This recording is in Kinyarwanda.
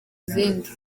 izindi